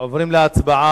תודה רבה לאדוני.